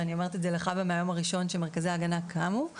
ואני אומרת את זה לחוה מהיום הראשון שמרכזי ההגנה קמו,